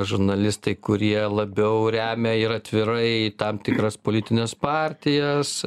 žurnalistai kurie labiau remia ir atvirai tam tikras politines partijas